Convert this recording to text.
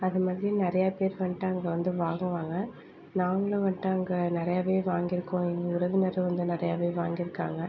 அது மாதிரி நிறையா பேர் வந்துட்டு அங்கே வந்து வாங்குவாங்க நாங்களும் வந்துட்டு அங்கே நிறையாவே வாங்கியிருக்கோம் எங்கள் உறவினரும் வந்து நிறையாவே வாங்கியிருக்காங்க